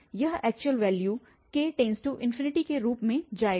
यह actual value k→∞ के रूप में जाएगा